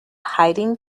hiding